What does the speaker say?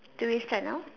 do we start now